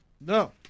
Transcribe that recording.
No